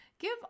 Give